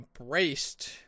embraced